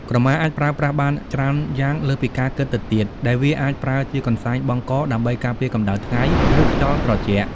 ក្រមាអាចប្រើប្រាស់បានច្រើនយ៉ាងលើសពីការគិតទៅទៀត ដែលវាអាចប្រើជា កន្សែងបង់ក ដើម្បីការពារកម្តៅថ្ងៃ ឬខ្យល់ត្រជាក់។